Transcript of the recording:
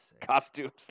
costumes